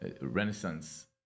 Renaissance